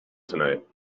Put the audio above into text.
tonight